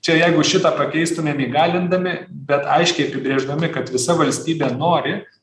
čia jeigu šitą pakeistumėm įgalindami bet aiškiai apibrėždami kad visa valstybė nori